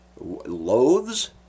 Loathes